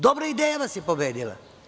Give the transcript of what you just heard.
Dobra ideja vas je pobedila.